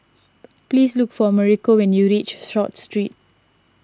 please look for Mauricio when you reach Short Street